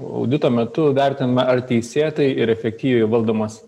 audito metu vertiname ar teisėtai ir efektyviai valdomas